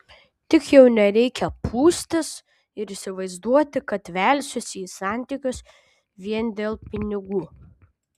tik jau nereikia pūstis ir įsivaizduoti kad velsiuosi į santykius vien dėl pinigų